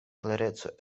klereco